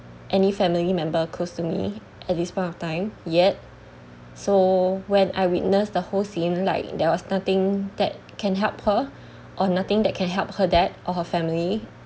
any family member close to me at this point of time yet so when I witnessed the whole scene like there was nothing that can help her or nothing that can help her dad or her family